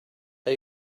are